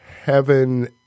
Heaven